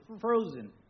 frozen